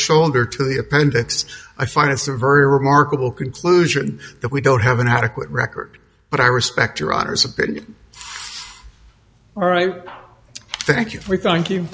shoulder to the appendix i find it's a very remarkable conclusion that we don't have an adequate record but i respect your honour's opinion all right thank you we thank you